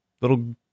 little